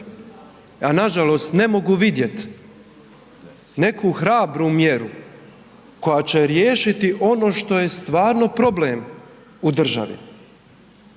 A nažalost ne mogu vidjet neku hrabru mjeru koja će riješiti ono što je stvarno problem u državi.